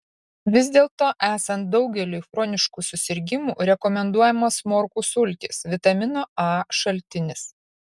vis dėlto esant daugeliui chroniškų susirgimų rekomenduojamos morkų sultys vitamino a šaltinis